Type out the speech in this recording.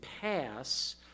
pass